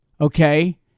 okay